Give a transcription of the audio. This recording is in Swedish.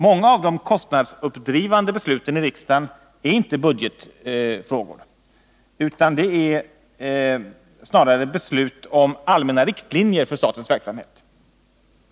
Många av de kostnadsuppdrivande besluten i riksdagen är inte budgetfrågor utan snarare beslut om allmänna riktlinjer för statens verksamhet.